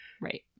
Right